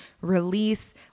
release